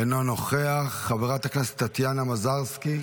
אינו נוכח, חברת הכנסת טטיאנה מזרסקי,